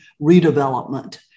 redevelopment